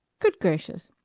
good gracious.